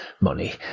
money